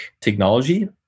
technology